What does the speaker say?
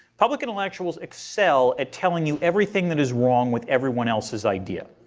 public intellectuals excel at telling you everything that is wrong with everyone else's idea.